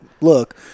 look –